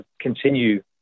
continue